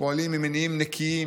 פועלים ממניעים נקיים